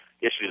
issues